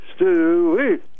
stewie